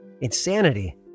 insanity